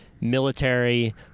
military